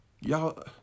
Y'all